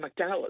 McDowell